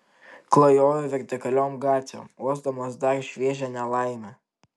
klajoju vertikaliom gatvėm uosdamas dar šviežią nelaimę